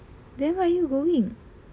then where are you going